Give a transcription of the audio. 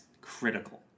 critical